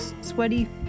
sweaty